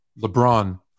LeBron